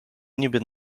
niby